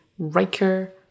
Riker